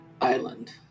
island